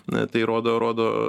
na tai rodo rodo